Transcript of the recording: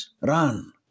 run